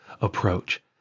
approach